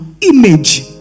image